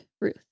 Ruth